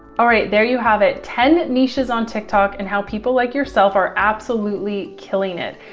all right, there, you have it ten niches on tiktok and how people like yourself are absolutely killing it.